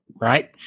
right